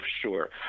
sure